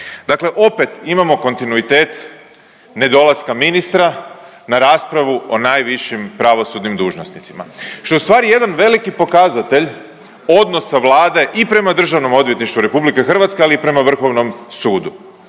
Dakle opet imamo kontinuitet nedolaska ministra na raspravu o najvišim pravosudnim dužnosnicima što je ustvari jedan veliki pokazatelj odnosa Vlade i prema Državnom odvjetništvu RH, ali i prema Vrhovnom sudu.